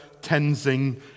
Tenzing